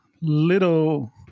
little